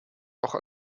auch